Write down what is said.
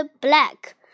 black